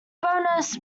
bonus